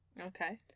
Okay